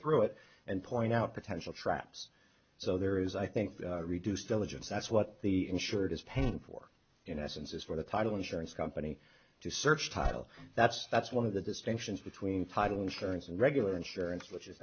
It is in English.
through it and point out potential traps so there is i think reduced diligence that's what the insured is paying for in essence is for the title insurance company to search title that's that's one of the distinctions between title insurance and regular insurance which is